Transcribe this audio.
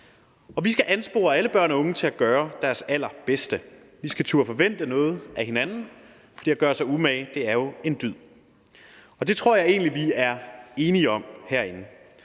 vi skal anspore alle børn og unge til at gøre deres allerbedste. Vi skal turde forvente noget af hinanden, for det at gøre sig umage er jo en dyd. Og det tror jeg egentlig vi er enige om herinde.